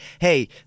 hey